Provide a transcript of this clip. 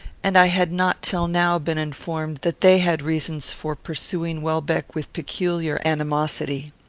and i had not till now been informed that they had reasons for pursuing welbeck with peculiar animosity.